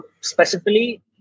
specifically